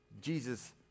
Jesus